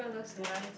ya